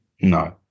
no